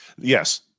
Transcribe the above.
Yes